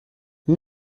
این